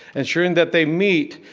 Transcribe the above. ensuring that they meet,